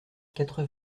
quatre